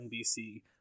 NBC